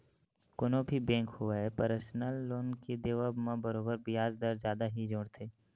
कोनो भी बेंक होवय परसनल लोन के देवब म बरोबर बियाज दर जादा ही जोड़थे